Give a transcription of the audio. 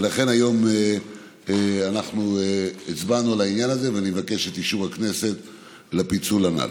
ולכן היום הצבענו על העניין הזה ואני מבקש את אישור הכנסת לפיצול הנ"ל.